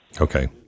Okay